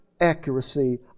accuracy